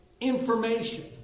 information